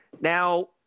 Now